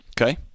Okay